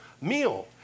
meal